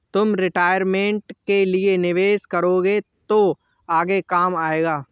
तुम रिटायरमेंट के लिए निवेश करोगे तो आगे काम आएगा